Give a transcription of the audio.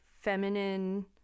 feminine